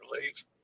relief